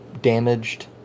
damaged